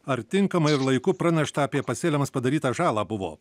ar tinkamai ir laiku pranešta apie pasėliams padarytą žalą buvo